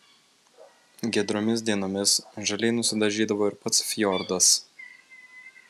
giedromis dienomis žaliai nusidažydavo ir pats fjordas